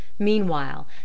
meanwhile